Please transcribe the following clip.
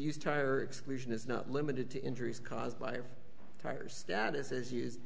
used tire exclusion is not limited to injuries caused by tires status is used